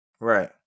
right